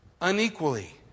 unequally